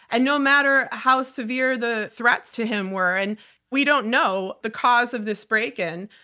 and no matter how severe the threats to him were. and we don't know the cause of this break-in.